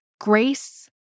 Grace